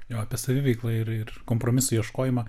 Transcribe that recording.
jo apie saviveikla ir ir kompromisų ieškojimą